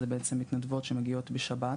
זה בעצם מתנדבות שמגיעות בשבת